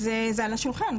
זה על השולחן.